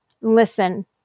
listen